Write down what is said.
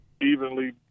evenly